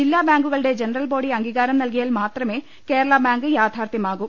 ജില്ല ബാങ്കുകളുടെ ജനറൽബോഡി അംഗീകാരം നൽകിയാൽ മാത്രമേ കേരള ബാങ്ക് യാഥാർഥ്യമാകൂ